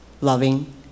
loving